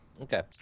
okay